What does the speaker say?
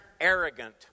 arrogant